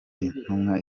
intumwa